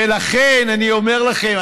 ולכן אני אומר לכם,